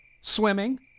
Swimming